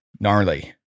Gnarly